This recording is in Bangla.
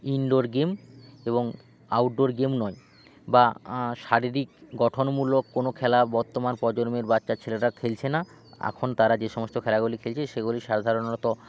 ইনডোর গেম এবং আউটডোর গেম নয় বা শারীরিক গঠনমূলক কোনো খেলা বর্তমান প্রজন্মের বাচ্চা ছেলেরা খেলছে না এখন তারা যে সমস্ত খেলাগুলি খেলছে সেগুলি সাধারণত